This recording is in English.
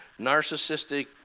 narcissistic